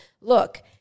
look